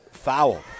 foul